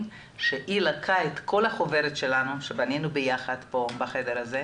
שהיא לקחה את כל החוברת שבנינו ביחד פה ב חדר הזה,